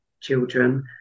children